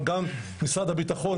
אבל גם משרד הביטחון,